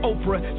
Oprah